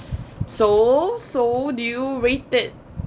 so so do you rate it